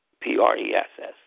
P-R-E-S-S